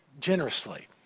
generously